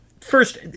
First